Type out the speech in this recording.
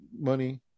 money